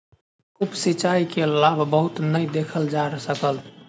उप सिचाई के लाभ बहुत नै देखल जा सकल